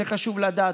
זה חשוב לדעת,